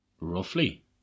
roughly